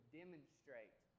demonstrate